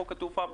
חוק התעופה.